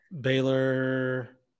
Baylor